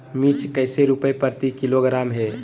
मिर्च कैसे रुपए प्रति किलोग्राम है?